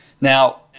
Now